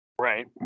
Right